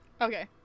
Okay